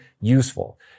useful